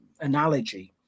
analogy